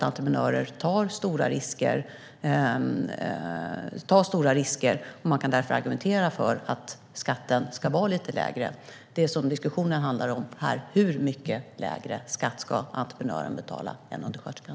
Entreprenörer tar stora risker, och man kan därför argumentera för att skatten ska vara lite lägre. Diskussionen handlar om hur mycket lägre skatt entreprenören ska betala än undersköterskan.